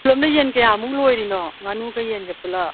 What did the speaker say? ꯄꯨꯂꯞꯅ ꯌꯦꯟ ꯀꯌꯥꯃꯨꯛ ꯂꯣꯏꯔꯤꯅꯣ ꯉꯥꯅꯨꯒ ꯌꯦꯟꯒ ꯄꯨꯂꯞ